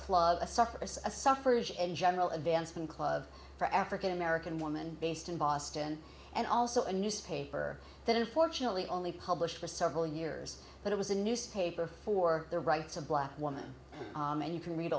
club a sucker a suffrage and general advancement club for african american woman based in boston and also a newspaper that unfortunately only published for several years but it was a newspaper for the rights of black woman and you can read